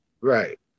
Right